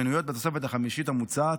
המנויות בתוספת החמישית המוצעת.